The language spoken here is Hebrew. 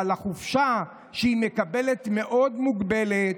אבל החופשה שהיא מקבלת מאוד מוגבלת.